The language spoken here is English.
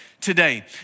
today